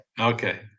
Okay